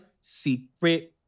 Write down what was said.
secret